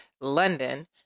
London